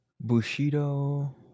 Bushido